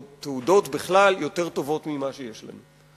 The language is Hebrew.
או תעודות בכלל, יותר טובות מאלה שיש לנו.